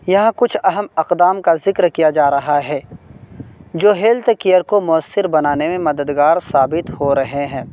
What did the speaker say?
یہاں کچھ اہم اقدام کا ذکر کیا جا رہا ہے جو ہیلتھ کیئر کو مؤثر بنانے میں مددگار ثابت ہو رہے ہیں